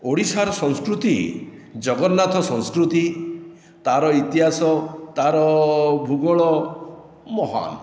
ଓଡ଼ିଶାର ସଂସ୍କୃତି ଜଗନ୍ନାଥ ସଂସ୍କୃତି ତାର ଇତିହାସ ତାର ଭୂଗୋଳ ମହାନ